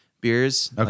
beers